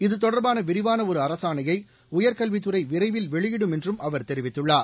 இதுதொடர்பானவிரிவானஒருஅரசாணையைஉயர் கல்வித்துறைவிரைவில் வெளியிடும் என்றும் அவர் தெரிவித்துள்ளார்